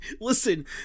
listen-